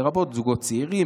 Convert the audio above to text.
לרבות זוגות צעירים,